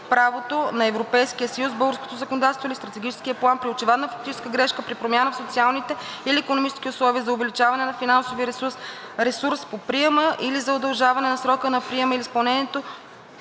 правото на Европейския съюз, българското законодателство или Стратегическия план, при очевидна фактическа грешка, при промяна в социалните или икономическите условия, за увеличаване на финансовия ресурс по приема или за удължаване на срока на приема или изпълнението,